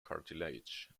cartilage